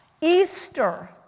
Easter